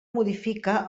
modifica